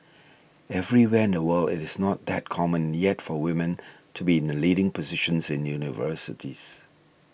everywhere in the world it is not that common yet for women to be in the leading positions in universities